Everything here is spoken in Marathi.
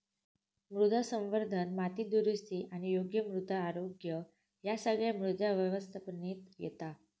मृदा संवर्धन, माती दुरुस्ती आणि योग्य मृदा आरोग्य ह्या सगळा मृदा व्यवस्थापनेत येता